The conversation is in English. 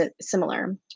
similar